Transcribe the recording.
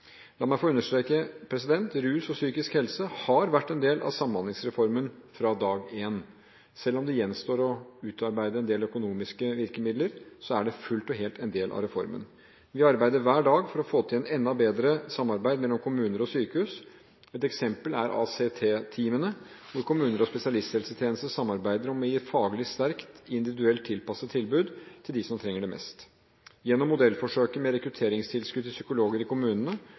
La meg få understreke: Rus og psykisk helse har vært en del av Samhandlingsreformen fra dag én. Selv om det gjenstår å utarbeide en del økonomiske virkemidler, er det fullt og helt en del av reformen. Vi arbeider hver dag for å få til et enda bedre samarbeid mellom kommuner og sykehus. Ett eksempel er ACT-teamene, hvor kommuner og spesialisthelsetjenesten samarbeider om å gi et faglig sterkt og individuelt tilpasset tilbud til dem som trenger det mest. Gjennom modellforsøket med rekrutteringstilskudd til psykologer i kommunene